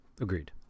Agreed